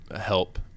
help